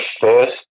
first